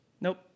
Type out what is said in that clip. Nope